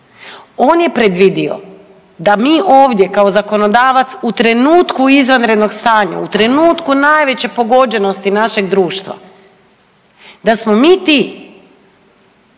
on je predvidio da mi ovdje kao zakonodavac u trenutku izvanrednog stanja u trenutku najveće pogođenosti našeg društva da smo mi ti